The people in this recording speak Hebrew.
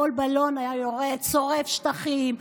כל בלון שהיה יורד היה שורף שטחים,